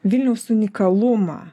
vilniaus unikalumą